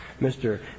Mr